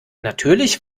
natürlich